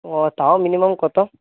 ও তাও মিনিমাম কত